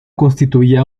constituía